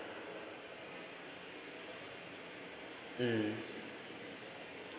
mm